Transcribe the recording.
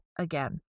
again